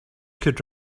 could